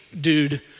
dude